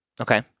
Okay